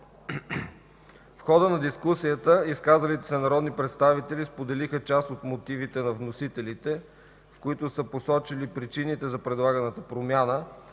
В хода на дискусията изказалите се народни представители споделиха част от мотивите на вносителите, в които са посочили причините за предлаганата промяна,